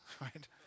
right